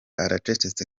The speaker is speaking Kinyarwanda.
aracecetse